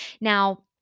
Now